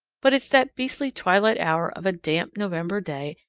but it's that beastly twilight hour of a damp november day,